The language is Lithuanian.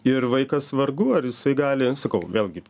ir vaikas vargu ar jisai gali sakau vėlgi